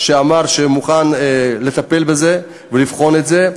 שאמר שהוא מוכן לטפל בזה ולבחון את זה.